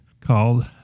called